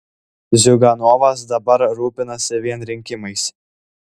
ziuganovas dabar rūpinasi vien rinkimais